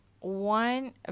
One